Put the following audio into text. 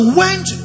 went